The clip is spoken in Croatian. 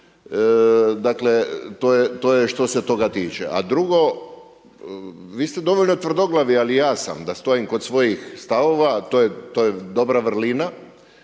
Dakle to je što ste toga tiče. A drugo, vi ste dovoljno tvrdoglavi, ali i ja sam da stojim kod svojih stavova, a to je dobra vrlina.